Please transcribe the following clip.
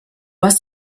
hast